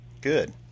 Good